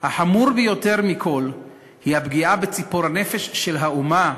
החמור יותר מכול הוא הפגיעה בציפור הנפש של האומה,